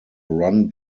run